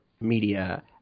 media